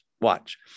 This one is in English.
watch